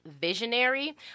Visionary